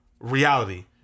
reality